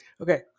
okay